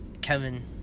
Kevin